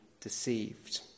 deceived